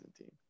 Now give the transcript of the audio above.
team